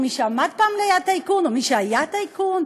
או במי שעמד פעם ליד טייקון או במי שהיה טייקון,